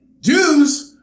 Jews